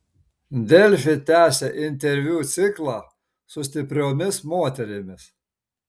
delfi tęsia interviu ciklą su stipriomis moterimis